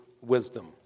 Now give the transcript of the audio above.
wisdom